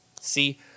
See